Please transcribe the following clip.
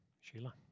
Sheila